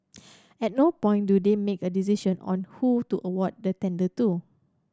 at no point do they make a decision on who to award the tender to